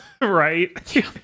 right